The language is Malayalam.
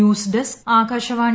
news desk Akashvani